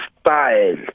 style